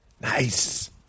Nice